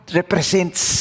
represents